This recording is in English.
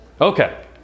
Okay